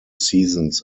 seasons